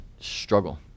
struggle